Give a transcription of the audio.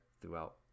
throughout